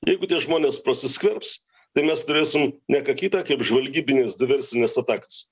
jeigu tie žmonės prasiskverbs tai mes turėsim ne ką kita kaip žvalgybines diversines atakas